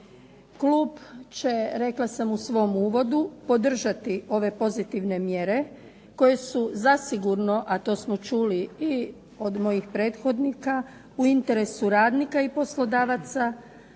Klub će rekla sam u svom uvodu podržati ove pozitivne mjere koje su zasigurno, a to smo čuli i od mojih prethodnika u interesu radnika i poslodavaca